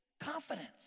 Confidence